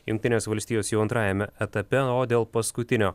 jungtinės valstijos jau antrajame etape o dėl paskutinio